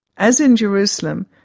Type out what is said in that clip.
as in jerusalem,